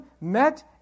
met